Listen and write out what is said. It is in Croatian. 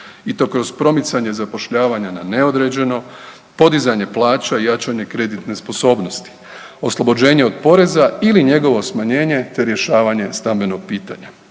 i to kroz promicanje zapošljavanja na neodređeno, podizanje plaća i jačanje kreditne sposobnosti, oslobođenje od poreza ili njegovo smanjenje, te rješavanje stambenog pitanja,